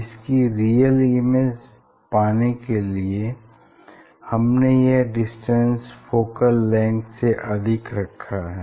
इसकी real image पाने के लिए हमने यह डिस्टेंस फोकल लेंग्थ से अधिक रखा है